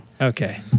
Okay